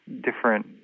different